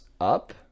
up